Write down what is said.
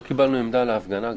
לא קיבלנו תשובה על ההפגנה גם.